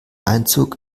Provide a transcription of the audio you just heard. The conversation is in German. einzug